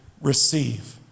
receive